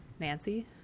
Nancy